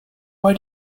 why